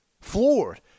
floored